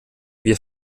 wir